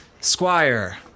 Squire